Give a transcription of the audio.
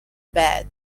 bad